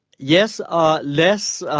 yes, ah less, ah